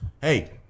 Hey